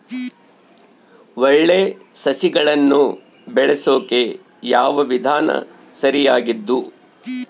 ಒಳ್ಳೆ ಸಸಿಗಳನ್ನು ಬೆಳೆಸೊಕೆ ಯಾವ ವಿಧಾನ ಸರಿಯಾಗಿದ್ದು?